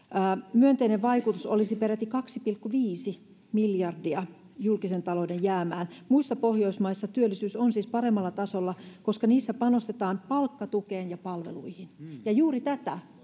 myönteinen vaikutus olisi peräti kaksi pilkku viisi miljardia julkisen talouden jäämään muissa pohjoismaissa työllisyys on siis paremmalla tasolla koska niissä panostetaan palkkatukeen ja palveluihin ja juuri tätä